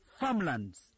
farmlands